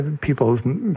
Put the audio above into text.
People